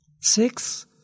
Six